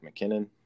McKinnon